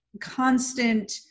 constant